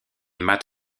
matt